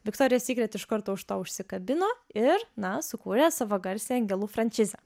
viktorija sykret iš karto už to užsikabino ir na sukūrė savo garsiąją angelų franšizę